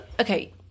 okay